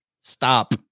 stop